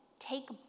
take